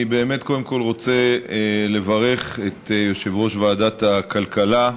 אני באמת קודם כול רוצה לברך את יושב-ראש ועדת הכלכלה,